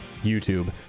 YouTube